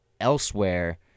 elsewhere